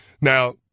Now